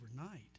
overnight